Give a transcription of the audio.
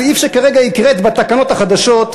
הסעיף שכרגע הקראת בתקנות החדשות,